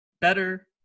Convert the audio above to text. better